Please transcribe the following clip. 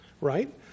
right